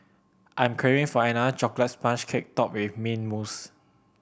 I am craving for another chocolate sponge cake topped with mint mousse